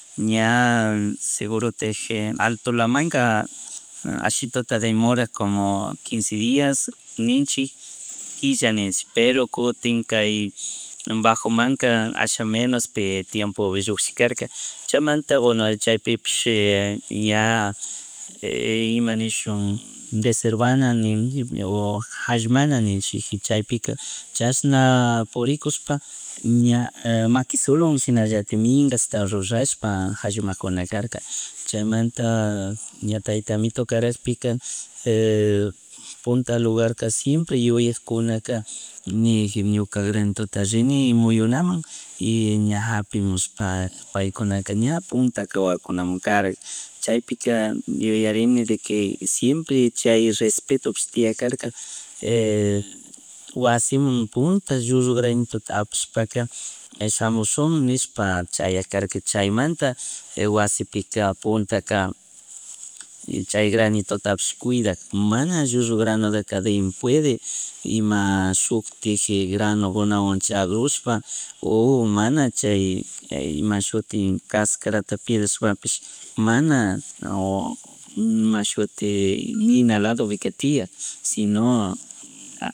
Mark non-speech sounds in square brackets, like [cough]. Ña [hesitation] segurutitik altola manga [noise] ashituta demorak como quinse dias ninchik, quilla ninchi pero kutin kay bajo manka asha menos pe tienpopi llushikarkak, chaymanta bueno chaypipish ña ima nishun deservana nin, o jasllamana ninchik chaypika chashna purikush pa ña maquisolowan shinallatik mingasta rurashpa jashmajunakarka chaymanta, ña tayta amito karakpika [hesitation] punta lugar ka siempre yuyakgkunaka nek ñuka granituta rini muynamun y ña hapimushpa paykunaka ña punta ka wawakuna karag chaypika yuyarini de que siempre chay respetopish tiyakjarka [hesitation] wasimun punta llullu granituta apashpaka shamushun nishpa chayakkarka chaymanta wasipika puntaka [noise] chay granitutapish cuidadg mana llullo granodaka dempuede ima shuk tik granogunawan chagrushpa [noise] o mana chay imashutin kaskarata pilashpapish mana o imashuti nina ladopika tiyak sino [hesitation]